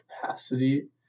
capacity